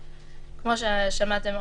כמו ששמעתם,